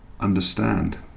understand